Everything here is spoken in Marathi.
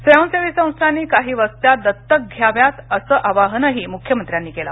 स्वयंसेवी संस्थांनी काही वस्त्या दत्तक घ्याव्या असं आवाहन मुख्यमंत्र्यांनी केलं